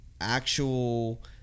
actual